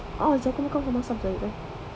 ah [sial] aku makan benda masam hari tu